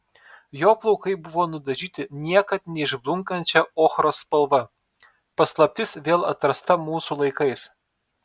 jo plaukai buvo nudažyti niekad neišblunkančia ochros spalva paslaptis vėl atrasta mūsų laikais